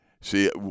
See